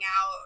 out